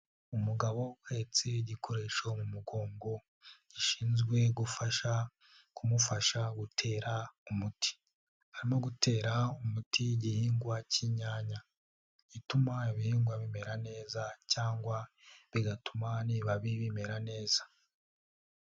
Umugabo uhetse igikoresho mu mugongo gishinzwe gufasha kumufasha gutera umuti, arimo gutera umuti igihingwa wa k'inyanya, ituma ibihingwa bimera neza cyangwa bigatuma amababi amera neza.